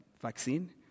Vaccine